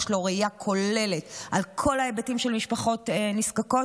יש לו ראייה כוללת של כל ההיבטים של משפחות נזקקות,